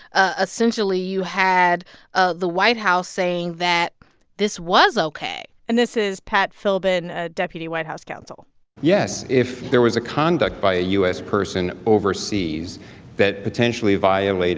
ah essentially, you had ah the white house saying that this was ok and this is pat philbin, ah deputy white house counsel yes, if there was a conduct by a u s. person overseas that potentially violated